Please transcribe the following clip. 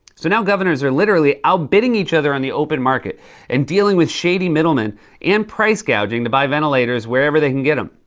so now governors are literally outbidding each other on the open market and dealing with shady middlemen and price gouging to buy ventilators wherever they can get them.